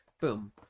boom